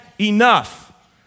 enough